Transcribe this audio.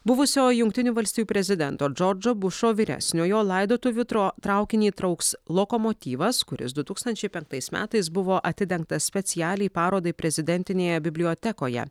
buvusio jungtinių valstijų prezidento džordžo bušo vyresniojo laidotuvių tro traukinį trauks lokomotyvas kuris du tūkstančiai penktais metais buvo atidengtas specialiai parodai prezidentinėje bibliotekoje